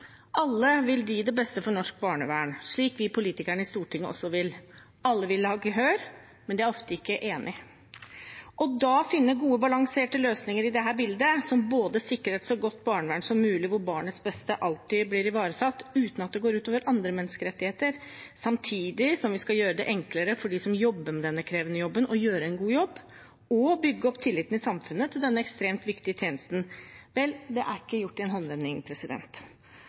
vil alle det beste for norsk barnevern, slik vi politikerne på Stortinget også vil. Alle vil ha gehør, men de er ofte ikke enige. Å finne gode, balanserte løsninger i dette bildet – som sikrer et så godt barnevern som mulig, hvor barnets beste alltid blir ivaretatt uten at det går ut over andre menneskerettigheter, samtidig som vi skal gjøre det enklere for dem som har denne krevende jobben, å gjøre en god jobb og bygge opp tilliten i samfunnet til denne ekstremt viktige tjenesten – vel, det er ikke gjort i en håndvending.